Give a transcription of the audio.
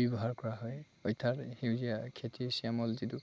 ব্যৱহাৰ কৰা হয় অৰ্থাৎ সেউজীয়া খেতিৰ শ্যামল যিটো